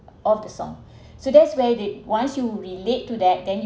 of the song so that's where they once you relate to that then you